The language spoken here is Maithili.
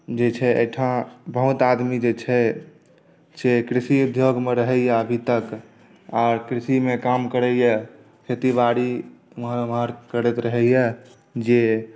जे छै एहिठाम बहुत आदमी जे छै से कृषि उद्योगमे रहैए अभी तक आर कृषीमे काम करैए खेती बाड़ी इम्हर उम्हर करैत रहैए जे